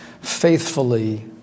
faithfully